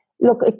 Look